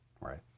Right